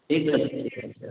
ଠିକ୍ ଅଛି ଠିକ୍ ଅଛି